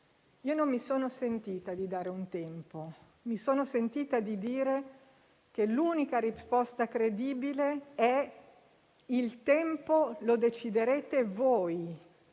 Non mi sono sentita di dare un tempo, ma di dire che l'unica risposta credibile è: il tempo lo deciderete voi;